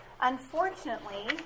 unfortunately